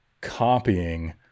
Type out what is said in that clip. copying